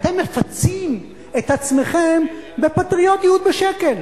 אתם מפצים את עצמכם בפטריוטיות בשקל.